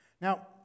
Now